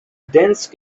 dense